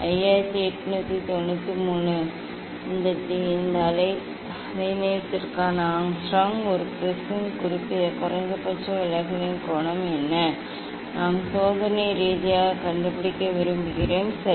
5893 இந்த அலைநீளத்திற்கான ஆங்ஸ்ட்ரோம் ஒரு ப்ரிஸின் குறைந்தபட்ச விலகலின் கோணம் என்ன நாம் சோதனை ரீதியாக கண்டுபிடிக்க விரும்புகிறோம் சரி